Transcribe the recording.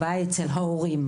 הבעיה היא אצל ההורים.